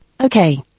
Okay